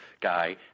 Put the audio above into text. guy